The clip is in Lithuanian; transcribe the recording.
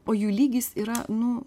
o jų lygis yra nu